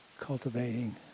cultivating